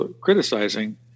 criticizing